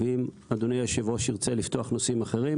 ואם אדוני היושב-ראש ירצה לפתוח נושאים אחרים